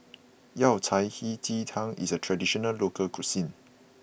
Yao Cai Hei Ji Tang is a traditional local cuisine